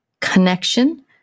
connection